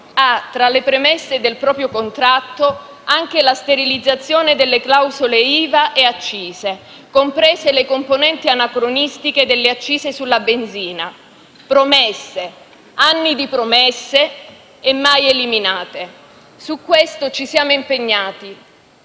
ha tra le premesse del proprio contratto anche la sterilizzazione delle clausole IVA e accise, comprese le componenti anacronistiche delle accise sulla benzina: promesse, anni di promesse e mai eliminate. Su questo ci siamo impegnati